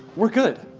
we're good.